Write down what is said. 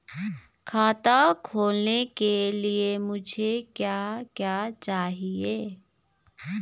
खाता खोलने के लिए मुझे क्या क्या चाहिए?